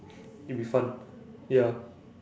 it'll be fun ya